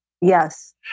yes